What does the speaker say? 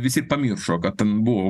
visi ir pamiršo kad ten buvo